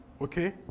Okay